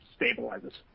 stabilizes